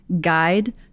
guide